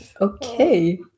Okay